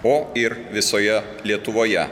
o ir visoje lietuvoje